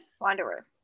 Wanderer